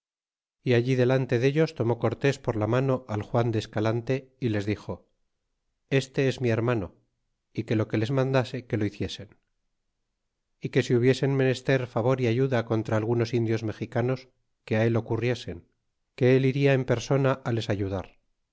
y allí delante dellos tomó cortés por la mano al juan de escalante y les dixo este es mi hermano y que lo que les mandase que lo hiciesen é que si hubiesen menester favor é ayuda contra algunos indios mexicanos que á él ocurriesen que él iria en persona á les ayudar